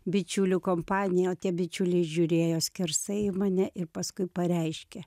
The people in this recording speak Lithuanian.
bičiulių kompaniją o tie bičiuliai žiūrėjo skersai į mane ir paskui pareiškė